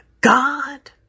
God